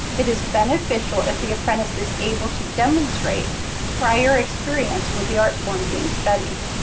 it is beneficial if the apprentice is able to demonstrate prior experience with the art form being studied.